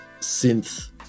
synth